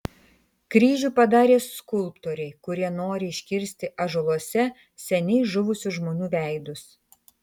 kryžių padarė skulptoriai kurie nori iškirsti ąžuoluose seniai žuvusių žmonių veidus